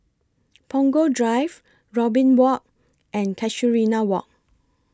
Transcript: Punggol Drive Robin Walk and Casuarina Walk